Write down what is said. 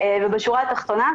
ובשורה התחתונה,